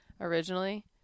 originally